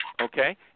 okay